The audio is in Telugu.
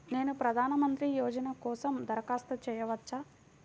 నేను ప్రధాన మంత్రి యోజన కోసం దరఖాస్తు చేయవచ్చా?